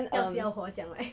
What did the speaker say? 要死要活这样 right